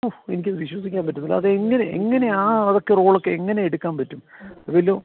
ഓഹ് എനിക്കത് വിശ്വസിക്കാൻ പറ്റുന്നില്ല അതെങ്ങനെ എങ്ങനെ ആ അവർക്ക് റോൾ ഒക്കെ എങ്ങനെ എടുക്കാൻ പറ്റും